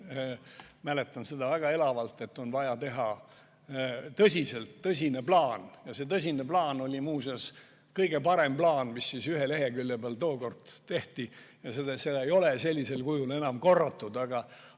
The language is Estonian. mäletan seda väga elavalt –, et on vaja teha tõsine plaan. Ja see tõsine plaan oli muuseas kõige parem plaan, mis ühe lehekülje peal tookord tehti, ja seda ei ole sellisel kujul enam korratud.